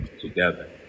together